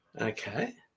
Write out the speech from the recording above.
okay